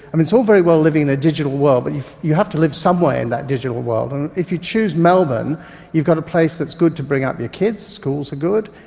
um it's all very well living in a digital world, but you have to live somewhere in that digital world, and if you choose melbourne you've got a place that's good to bring up your kids, the schools are good,